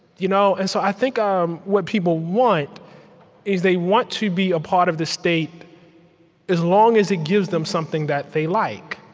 you know and so i think um what people want is they want to be a part of the state as long as it gives them something that they like